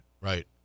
Right